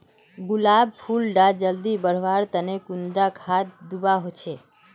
गुलाब फुल डा जल्दी बढ़वा तने कुंडा खाद दूवा होछै?